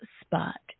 spot